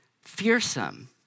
fearsome